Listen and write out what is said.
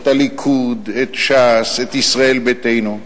את הליכוד, את ש"ס, את ישראל ביתנו.